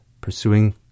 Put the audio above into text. pursuing